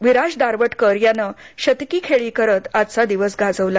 विराज दारवटकर यानं शतकी खेळी करत आजचा दिवस गाजवला